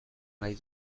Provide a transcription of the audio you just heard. nahi